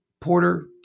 Porter